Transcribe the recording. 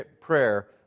prayer